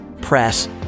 press